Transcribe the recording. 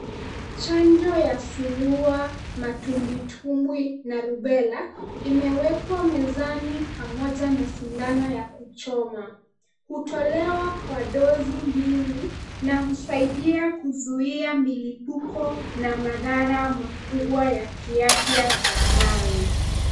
Chanjo ya surua, matumbwitumbwi na rubela imewekwa mezani pamoja na sindano ya kuchoma. Hutolewa kwa dozi mbili na husaidia kuzuia milipuko na mathara makubwa ya kiafya baadaye.